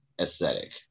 aesthetic